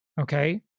Okay